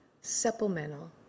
supplemental